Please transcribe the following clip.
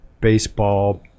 baseball